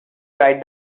write